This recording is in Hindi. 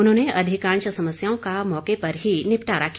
उन्होंने अधिकांश समस्याओं का मौके पर ही निपटारा किया